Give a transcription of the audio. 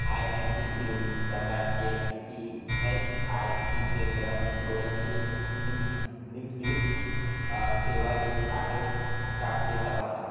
I M P clinic प्रकारचे E S I C केंद्र डोळ्याशी निग निगडीत सेवा देत आहे का ते तपासा